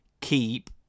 keep